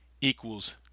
equals